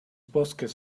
bosques